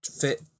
fit